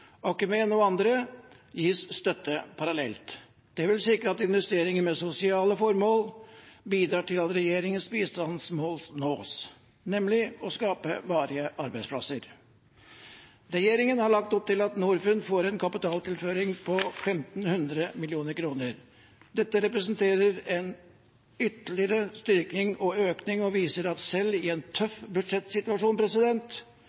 andre gis støtte parallelt. Det vil sikre at investeringer med sosiale formål bidrar til at regjeringens bistandsmål nås, nemlig å skape varige arbeidsplasser. Regjeringen har lagt opp til at Norfund får en kapitaltilføring på 1 500 mill. kr. Dette representerer en ytterligere styrkning av økningen og viser at selv i en tøff budsjettsituasjon